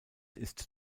ist